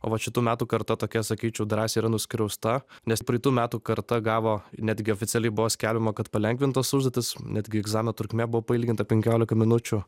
o vat šitų metų karta tokia sakyčiau drąsiai yra nuskriausta nes praeitų metų karta gavo netgi oficialiai buvo skelbiama kad palengvintas užduotis netgi egzamino trukmė buvo pailginta penkiolika minučių